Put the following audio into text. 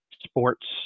sports